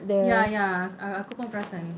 ya ya aku pun perasan